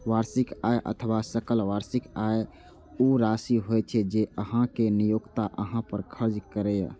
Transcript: वार्षिक आय अथवा सकल वार्षिक आय ऊ राशि होइ छै, जे अहांक नियोक्ता अहां पर खर्च करैए